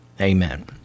Amen